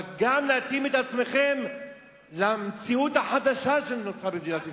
אבל גם להתאים את עצמכם למציאות החדשה שנוצרה במדינת ישראל.